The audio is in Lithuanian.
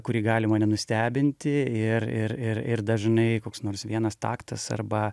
kuri gali mane nustebinti ir ir ir ir dažnai koks nors vienas taktas arba